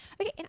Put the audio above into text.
Okay